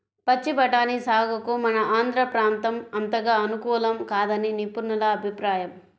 పచ్చి బఠానీ సాగుకు మన ఆంధ్ర ప్రాంతం అంతగా అనుకూలం కాదని నిపుణుల అభిప్రాయం